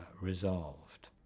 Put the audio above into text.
resolved